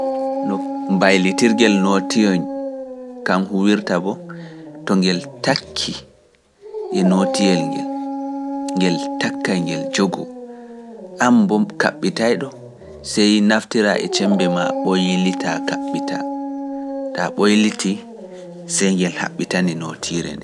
No mbaylitirgel nootiyel kam huwirta bo, to ngel takki e nootiyel ngel, ngel takka ngel jogoo, am mbo kabɓitayɗo, sey naftiraa e cembe maa ɓoylitaa kabɓitaa, taa ɓoyliti, sey ngel haɓitane nootiire nde.